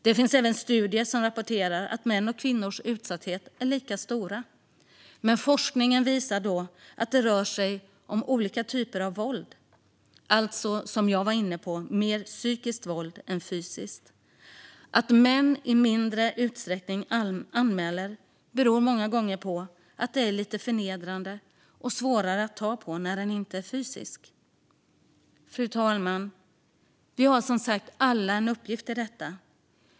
Det finns även studier som rapporterar att mäns och kvinnors utsatthet är lika stor. Men forskningen visar att det rör sig om olika typer av våld; som jag var inne på är det mer psykiskt våld än fysiskt. Att män anmäler i mindre utsträckning beror många gånger på att det är lite förnedrande och svårare att ta på när det inte är fysiskt våld. Fru talman! Vi har som sagt alla en uppgift här.